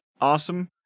Awesome